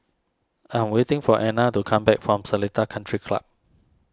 I'm waiting for Anna to come back from Seletar Country Club